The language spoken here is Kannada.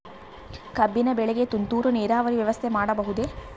ಕಬ್ಬಿನ ಬೆಳೆಗೆ ತುಂತುರು ನೇರಾವರಿ ವ್ಯವಸ್ಥೆ ಮಾಡಬಹುದೇ?